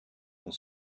dans